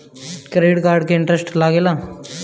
Credit card पर interest लागेला?